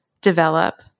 develop